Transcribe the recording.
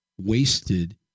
wasted